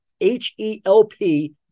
H-E-L-P